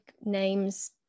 names